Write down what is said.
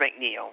McNeil